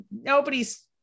nobody's